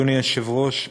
אדוני היושב-ראש,